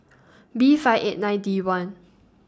B five eight nine D one